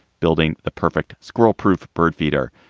building the perfect squirrel proof bird feeder